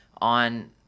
on